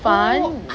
oh